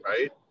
right